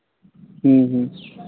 ᱦᱮᱸ ᱦᱮᱸ